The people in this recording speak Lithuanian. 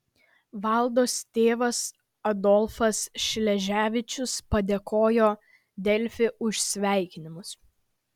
valdos tėvas adolfas šleževičius padėkojo delfi už sveikinimus